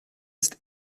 ist